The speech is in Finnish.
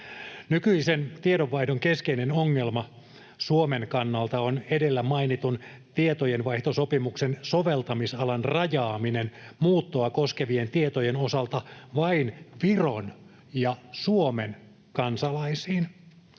Nykyisen tiedonvaihdon keskeinen ongelma Suomen kannalta on edellä mainitun tietojenvaihtosopimuksen soveltamisalan rajaaminen muuttoa koskevien tietojen osalta vain Viron ja Suomen kansalaisiin.